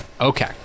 Okay